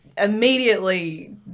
immediately